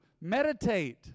meditate